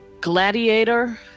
gladiator